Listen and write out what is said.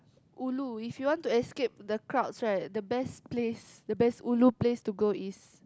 Wulu if you want to escape the crowds right the best place the best ulu place to go is